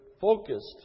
focused